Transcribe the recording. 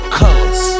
colors